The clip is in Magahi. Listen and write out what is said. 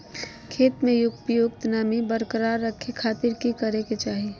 खेत में उपयुक्त नमी बरकरार रखे खातिर की करे के चाही?